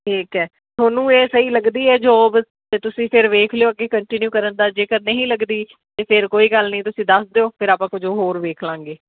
ਠੀਕ ਹੈ ਤੁਹਾਨੂੰ ਇਹ ਸਹੀ ਲੱਗਦੀ ਹੈ ਜੋਬ ਤਾਂ ਤੁਸੀਂ ਫਿਰ ਵੇਖ ਲਿਓ ਅੱਗੇ ਕੰਟੀਨਿਊ ਕਰਨ ਦਾ ਜੇਕਰ ਨਹੀਂ ਲੱਗਦੀ ਤਾਂ ਫਿਰ ਕੋਈ ਗੱਲ ਨਹੀਂ ਤੁਸੀਂ ਦੱਸ ਦਿਓ ਫਿਰ ਆਪਾਂ ਕੁਝ ਹੋਰ ਵੇਖ ਲਾਂਗੇ